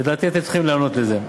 לדעתי, אתם צריכים להיענות לזה.